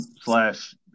slash